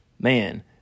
Man